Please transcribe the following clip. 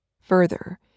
Further